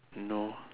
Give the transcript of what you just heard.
no